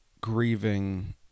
grieving